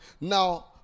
Now